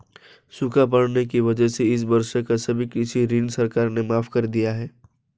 सूखा पड़ने की वजह से इस वर्ष का सभी कृषि ऋण सरकार ने माफ़ कर दिया है